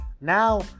Now